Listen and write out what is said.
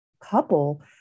couple